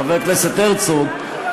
חבר הכנסת הרצוג,